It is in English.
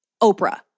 Oprah